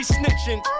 snitching